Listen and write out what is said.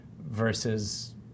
versus